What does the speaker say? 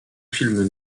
film